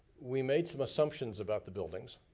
we made some assumptions about the buildings.